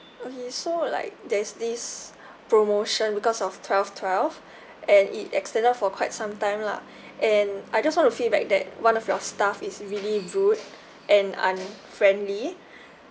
okay so like there's this promotion because of twelve twelve and it extended for quite some time lah and I just want to feedback that one of your staff is really rude and unfriendly